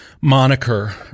moniker